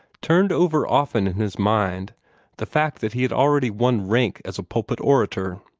turned over often in his mind the fact that he had already won rank as a pulpit orator.